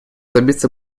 добиться